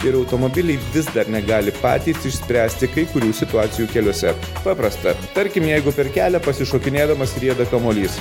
ir automobiliai vis dar negali patys išspręsti kai kurių situacijų keliuose paprasta tarkim jeigu per kelią pasišokinėdamas rieda kamuolys